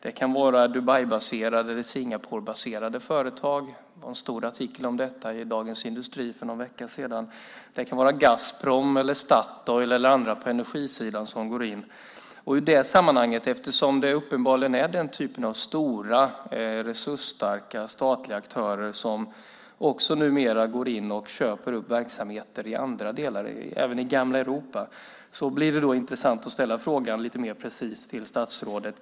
Det kan vara Dubaibaserade eller Singaporebaserade företag. Det var en stor artikel om detta i Dagens Industri för någon vecka sedan. Det kan vara Gazprom eller Statoil eller andra på energisidan som går in. Eftersom det uppenbarligen är den typen av stora resursstarka statliga aktörer som också numera går in och köper upp verksamheter i andra delar, även i gamla Europa, blir det intressant att ställa frågan lite mer precist till statsrådet.